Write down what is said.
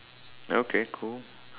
okay cool